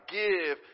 give